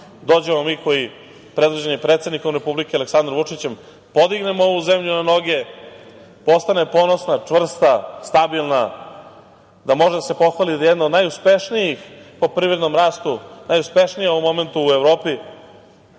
dođemo mi koji predvođeni predsednikom Republike Srbije, Aleksandrom Vučićem podignemo ovu zemlju na noge, postane ponosna, čvrsta, stabilna, da može da se pohvali da je jedna od najuspešnijih po privrednom rastu, najuspešnija u ovom momentu u Evropi,